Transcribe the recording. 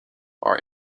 are